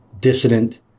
dissident